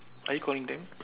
are you calling them